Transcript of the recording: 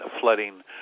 flooding